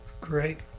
great